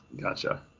Gotcha